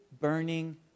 burning